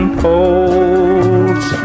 poles